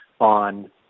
on